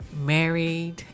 Married